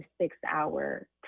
six-hour